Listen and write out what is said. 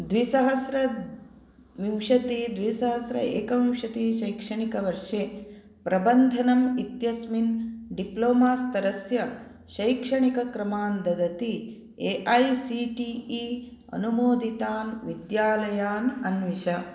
द्विसहस्रविंशति द्विसहस्र एकविंशतिशैक्षणिकवर्षे प्रबन्धनम् इत्यस्मिन् डिप्लोमा स्तरस्य शैक्षणिकक्रमान् ददति A I C T E अनुमोदितान् विद्यालयान् अन्विष